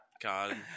God